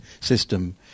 system